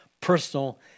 personal